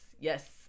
Yes